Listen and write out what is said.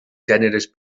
gèneres